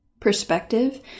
Perspective